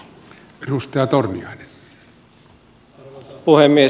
arvoisa puhemies